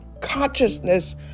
consciousness